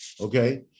okay